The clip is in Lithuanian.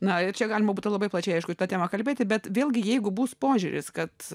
na čia galima būtų labai plačiai aišku ta tema kalbėti bet vėlgi jeigu bus požiūris kad